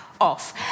off